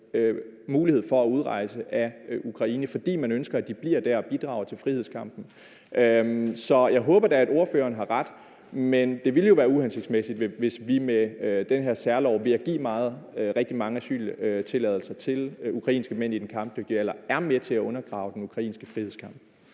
mulighed for at udrejse af Ukraine, fordi man ønsker, at de bliver der og bidrager til frihedskampen. Så jeg håber da, at ordføreren har ret, men det ville jo være uhensigtsmæssigt, hvis vi med den her særlov og ved at give rigtig mange asyltilladelser til ukrainske mænd i den kampdygtige alder er med til at undergrave den ukrainske frihedskamp.